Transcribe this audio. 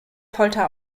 folter